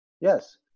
Yes